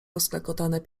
rozklekotane